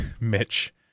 Mitch